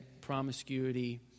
promiscuity